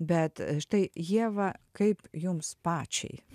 bet štai ieva kaip jums pačiai